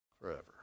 forever